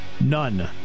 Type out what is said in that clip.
None